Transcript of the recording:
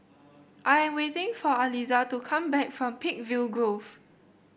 I am waiting for Aliza to come back from Peakville Grove